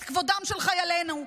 את כבודם של חיילינו,